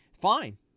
Fine